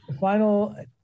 final